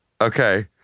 Okay